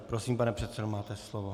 Prosím, pane předsedo, máte slovo.